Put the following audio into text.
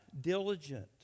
diligent